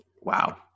Wow